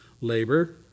labor